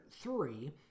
three